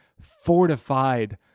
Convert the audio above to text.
fortified